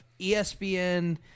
ESPN